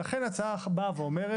ולכן ההצעה אומרת: